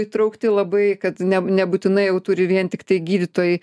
įtraukti labai kad ne nebūtinai jau turi vien tiktai gydytojai